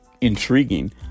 intriguing